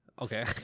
Okay